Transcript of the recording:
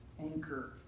anchor